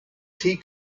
tea